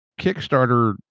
Kickstarter